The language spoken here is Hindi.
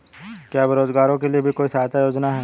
क्या बेरोजगारों के लिए भी कोई सहायता योजना है?